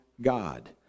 God